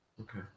okay